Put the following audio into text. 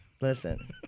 Listen